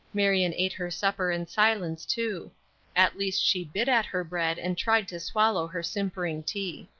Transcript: marion ate her supper in silence, too at least she bit at her bread and tried to swallow her simpering tea.